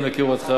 אני מכיר אותך,